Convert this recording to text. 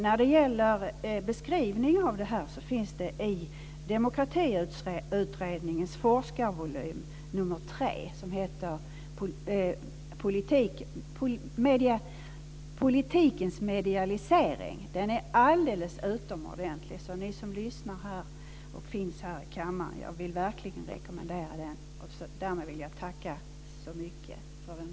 När det gäller beskrivningen av detta finns Demokratiutredningens forskarvolym nr 3 som heter Politikens medialisering. Den är alldeles utomordentlig. Jag vill verkligen rekommendera den till er som lyssnar och som finns här i kammaren. Därmed vill jag tacka för debatten.